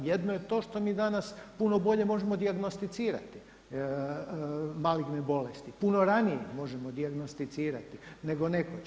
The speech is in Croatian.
Jedno je to što mi danas puno bolje možemo dijagnosticirati maligne bolesti, puno ranije ih možemo dijagnosticirati nego nekoć.